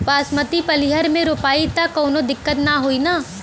बासमती पलिहर में रोपाई त कवनो दिक्कत ना होई न?